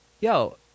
yo